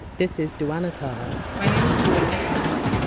this is duana taha my name is duana taha.